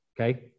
okay